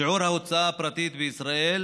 שיעור ההוצאה הפרטית בישראל